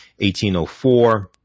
1804